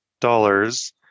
dollars